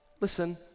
listen